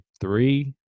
three